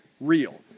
real